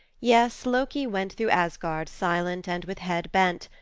yes, loki went through asgard silent and with head bent,